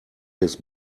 his